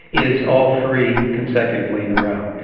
it is all three consecutively in a row.